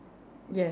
yes